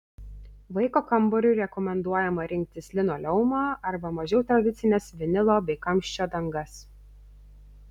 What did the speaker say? vaiko kambariui rekomenduojama rinktis linoleumą arba mažiau tradicines vinilo bei kamščio dangas